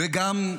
וגם,